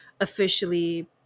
officially